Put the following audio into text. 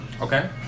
Okay